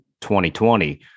2020